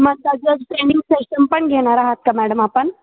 मग त्याचं training session पण घेणार आहात का मॅडम आपण